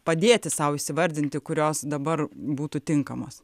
padėti sau įvardinti kurios dabar būtų tinkamos